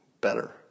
better